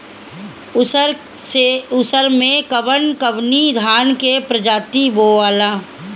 उसर मै कवन कवनि धान के प्रजाति बोआला?